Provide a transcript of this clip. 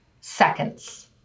seconds